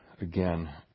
again